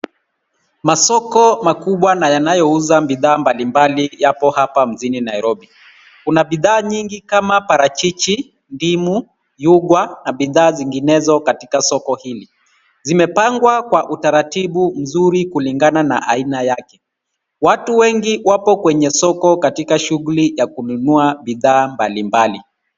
Masoko makubwa na yanayouza bidhaa mbali mbali yapo hapa mjini Nairobi. Kuna bidhaa nyingi kama parachichi, ndimu, yugwa na bidhaa zinginezo katika soko hili. Zimepangwa kwa utaratibu mzuri kulingana na aina yake. Watu wengi wapo kwenye soko katika shughuli ya kununua bidhaa mbali mbali.